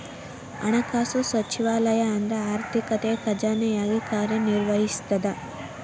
ಹಣಕಾಸು ಸಚಿವಾಲಯ ಅಂದ್ರ ಆರ್ಥಿಕತೆಯ ಖಜಾನೆಯಾಗಿ ಕಾರ್ಯ ನಿರ್ವಹಿಸ್ತದ